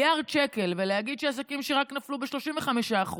ולהגיד שעסקים שנפלו רק ב-35%,